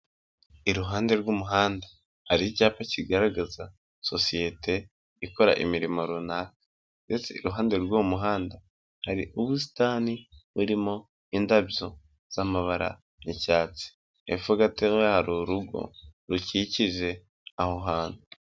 Iruhande rw'umuhanda hari icyapa kigaragaza sosiyete ikora imirimo runaka, ndetse iruhande rw'uwo muhanda hari ubusitani burimo indabyo z'amabara y'icyatsi hepfo gatoya hari urugo rukikije aho hantu.